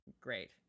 great